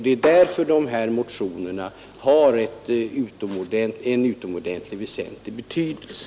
Det är därför dessa motioner har en stor betydelse.